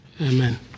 Amen